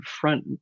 front